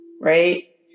right